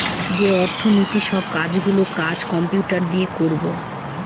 যে অর্থনীতির সব গুলো কাজ কম্পিউটার দিয়ে করাবো